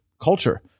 culture